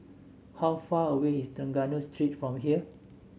how far away is Trengganu Street from here